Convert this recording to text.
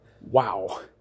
Wow